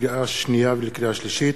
לקריאה שנייה ולקריאה שלישית: